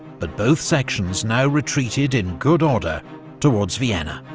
but both sections now retreated in good order towards vienna.